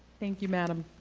thank you madam.